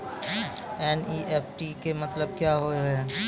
NEFT के मतलब का होव हेय?